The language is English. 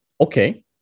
okay